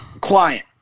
client